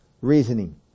reasoning